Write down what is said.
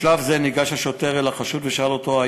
בשלב זה ניגש השוטר אל החשוד ושאל אותו אם